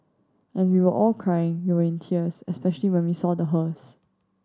and we were all crying we were in tears especially when we saw the hearse